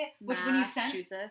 Massachusetts